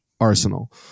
arsenal